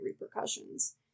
repercussions